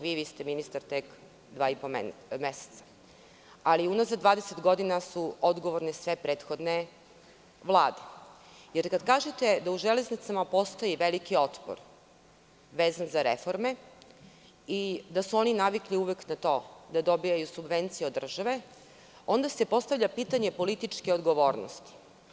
Vi ste ministar dva i po meseca, ali unazad 20 godina odgovorne su sve prethodne Vlade, jer kada kažete da u Železnicama postoji veliki otpor vezan za reforme i da su oni navikli uvek na to da dobijaju subvencije od države, onda se postavlja pitanje političke odgovornosti.